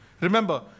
Remember